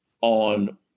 on